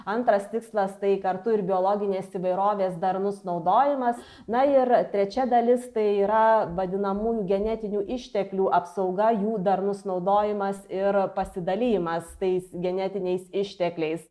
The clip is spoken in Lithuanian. antras tikslas tai kartu ir biologinės įvairovės darnus naudojimas na ir trečia dalis tai yra vadinamųjų genetinių išteklių apsauga jų darnus naudojimas ir pasidalijimas tais genetiniais ištekliais